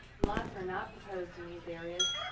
lots are not proposed in these areas.